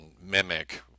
mimic